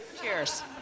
Cheers